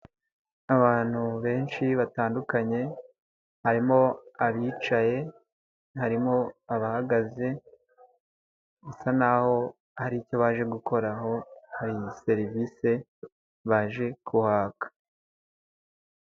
Abantu benshi batandukanye, harimo abicaye, harimo abahagaze bisa naho hari icyo baje gukora aho hari serivisi baje kuhaka.